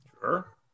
Sure